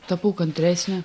tapau kantresnė